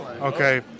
Okay